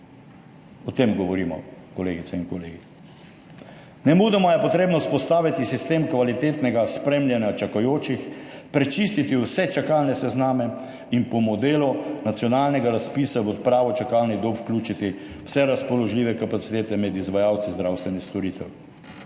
O tem govorimo, kolegice in kolegi. Nemudoma je treba vzpostaviti sistem kvalitetnega spremljanja čakajočih, prečistiti vse čakalne sezname in po modelu nacionalnega razpisa v odpravo čakalnih dob vključiti vse razpoložljive kapacitete med izvajalci zdravstvenih storitev.